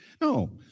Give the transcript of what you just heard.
No